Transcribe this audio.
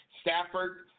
Stafford